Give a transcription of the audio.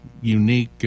unique